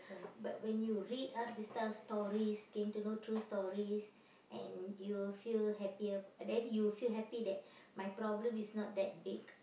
but when you read up these type of stories came to know true stories and you will feel happier then you will feel happy that my problem is not that big